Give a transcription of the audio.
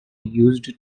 used